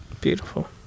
beautiful